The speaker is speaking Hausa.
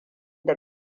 da